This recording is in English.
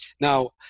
Now